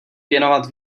věnovat